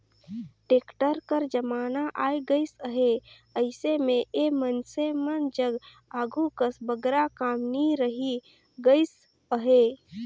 tractor कर जमाना आए गइस अहे, अइसे मे ए मइनसे मन जग आघु कस बगरा काम नी रहि गइस अहे